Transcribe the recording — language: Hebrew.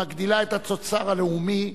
מגדילה את התוצר הלאומי,